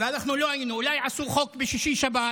ואנחנו לא היינו, אולי עשו חוק בשישי-שבת